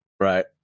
Right